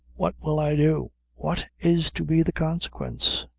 what will i do? what is to be the consequence?